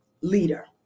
leader